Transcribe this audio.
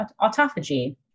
autophagy